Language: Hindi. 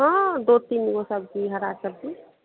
हाँ हाँ दो तीन सब्जी हरी सब्जी